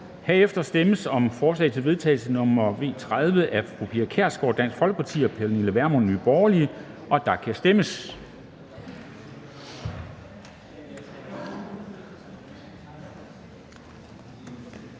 Herefter stemmes om forslag til vedtagelse nr. V 30 af Pia Kjærsgaard (DF) og Pernille Vermund (NB), og der kan stemmes.